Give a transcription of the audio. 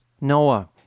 Noah